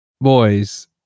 Boys